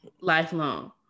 lifelong